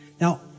Now